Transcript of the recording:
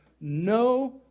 no